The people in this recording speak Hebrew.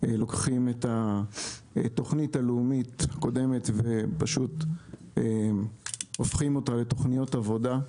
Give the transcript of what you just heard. לוקחים את התוכנית הלאומית הקודמת ופשוט הופכים אותה לתוכניות עבודה,